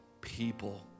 people